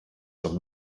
sur